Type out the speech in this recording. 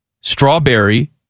strawberry